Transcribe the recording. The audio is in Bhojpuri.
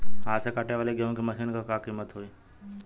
हाथ से कांटेवाली गेहूँ के मशीन क का कीमत होई?